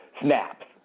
snaps